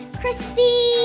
crispy